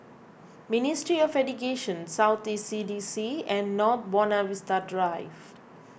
Ministry of Education South East C D C and North Buona Vista Drive